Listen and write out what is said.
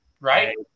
right